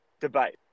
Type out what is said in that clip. debate